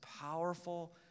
powerful